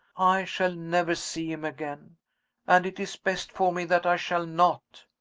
i shall never see him again and it is best for me that i shall not.